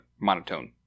monotone